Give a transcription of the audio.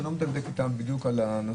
אני לא מדקדק אתם בדיוק על הנושא,